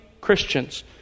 Christians